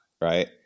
right